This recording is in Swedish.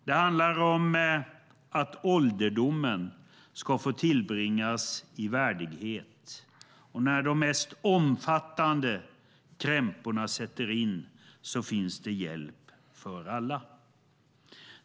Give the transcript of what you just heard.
Det handlar om att ålderdomen ska få tillbringas i värdighet. När de mest omfattande krämporna sätter in finns det hjälp för alla.